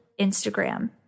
Instagram